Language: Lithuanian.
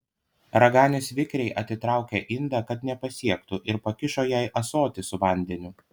raganius vikriai atitraukė indą kad nepasiektų ir pakišo jai ąsotį su vandeniu